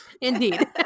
Indeed